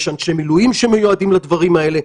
יש אנשי מילואים שמיועדים לדברים האלה.